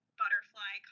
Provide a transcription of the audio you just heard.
butterfly